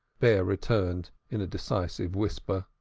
bear returned in a decisive whisper.